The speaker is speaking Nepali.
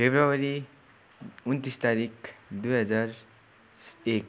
फेब्रुअरी उन्तिस तारिक दुई हजार एक